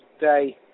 day